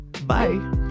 bye